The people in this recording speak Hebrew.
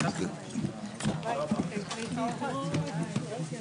הישיבה ננעלה בשעה 14:30.